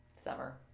summer